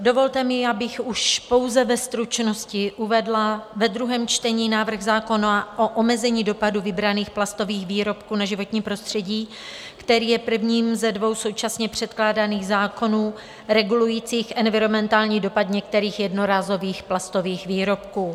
Dovolte mi, abych už pouze ve stručnosti uvedla ve druhém čtení návrh zákona o omezení dopadu vybraných plastových výrobků na životní prostředí, který je prvním ze dvou současně předkládaných zákonů regulujících environmentální dopad některých jednorázových platových výrobků.